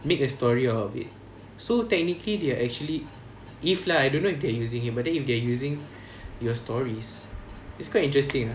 make a story out of it so technically they're actually if lah I don't know if they are using it but then if they're using your stories it's quite interesting lah